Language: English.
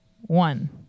one